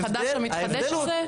החדש המתחדש הזה?